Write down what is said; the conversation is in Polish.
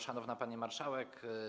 Szanowna Pani Marszałek!